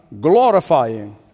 glorifying